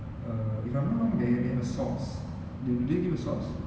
uh if I'm not wrong they they have a sauce do they give a sauce